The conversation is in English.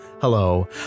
Hello